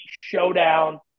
showdown